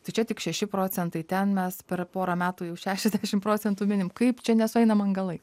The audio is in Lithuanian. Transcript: tai čia tik šeši procentai ten mes per pora metų jau šešiasdešim procentų minim kaip čia nesueina man galai